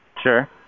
Sure